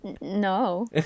No